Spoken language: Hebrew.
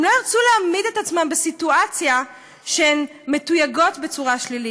הן לא ירצו להעמיד את עצמן בסיטואציה שהן מתויגות בצורה שלילית.